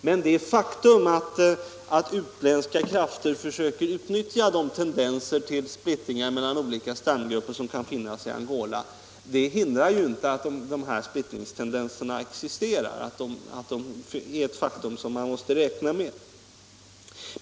Att utländska — för Angola krafter försöker utnyttja de tendenser till splittring mellan olika stammar som kan finnas i Angola hindrar ju inte att splittringstendenserna existerar och att de är ett faktum som man måste räkna med.